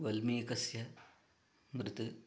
वल्मीकस्य मृत्